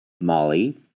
Molly